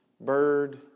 bird